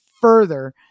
further